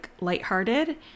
lighthearted